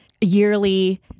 yearly